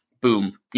boom